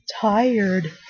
tired